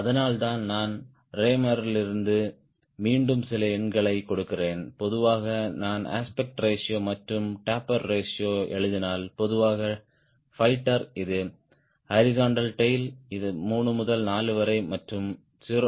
அதனால்தான் நான் ரேமரிடமிருந்து மீண்டும் சில எண்களைக் கொடுக்கிறேன் பொதுவாக நான்அஸ்பெக்ட் ரேஷியோ மற்றும் டேப்பர் ரேஷியோ எழுதினால் பொதுவாக பையிட்டர் இது ஹாரிஸ்ன்ட்டல் டேய்ல் இது 3 முதல் 4 வரை மற்றும் இது 0